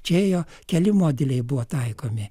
čia ėjo keli modeliai buvo taikomi